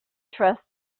trust